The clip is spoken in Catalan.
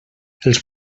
els